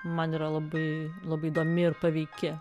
man yra labai labai įdomi ir paveiki